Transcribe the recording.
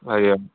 ଆଜ୍ଞା